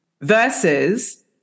versus